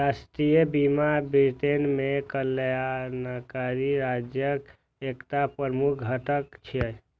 राष्ट्रीय बीमा ब्रिटेन मे कल्याणकारी राज्यक एकटा प्रमुख घटक छियै